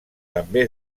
també